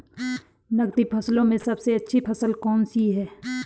नकदी फसलों में सबसे अच्छी फसल कौन सी है?